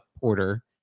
porter